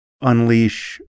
unleash